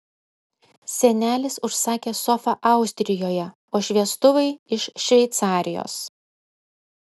senelis užsakė sofą austrijoje o šviestuvai iš šveicarijos